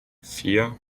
vier